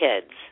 kids